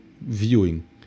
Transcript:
viewing